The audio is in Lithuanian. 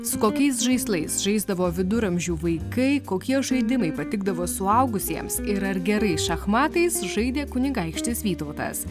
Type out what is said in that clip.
su kokiais žaislais žaisdavo viduramžių vaikai kokie žaidimai patikdavo suaugusiems ir ar gerai šachmatais žaidė kunigaikštis vytautas